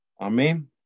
Amen